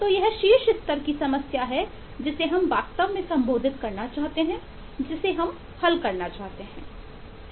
तो यह शीर्ष स्तर की समस्या है जिसे हम वास्तव में संबोधित करना चाहते हैं हल करना चाहते हैं